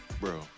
Bro